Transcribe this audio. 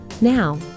Now